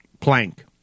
Plank